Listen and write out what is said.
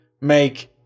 make